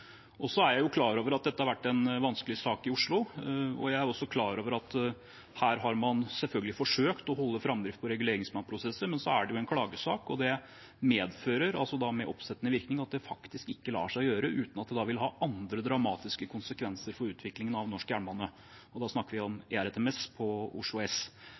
2030. Så er jeg klar over at dette har vært en vanskelig sak i Oslo. Jeg er også klar over at her har man selvfølgelig forsøkt å holde framdrift på reguleringsplanprosesser, men så er det en klagesak, og det medfører med oppsettende virkning at det faktisk ikke lar seg gjøre uten at det vil ha andre dramatiske konsekvenser for utviklingen av norsk jernbane. Da snakker vi om ERTMS på Oslo S,